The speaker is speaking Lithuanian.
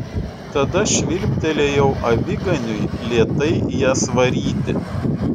tada švilptelėjau aviganiui lėtai jas varyti